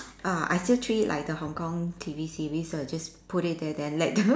err I still treat it like the Hong-Kong T_V series so I just put it there then let the